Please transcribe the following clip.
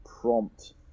prompt